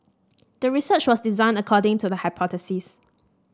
the research was designed according to the hypothesis